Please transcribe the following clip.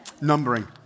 numbering